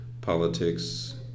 politics